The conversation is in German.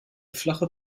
flache